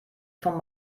vom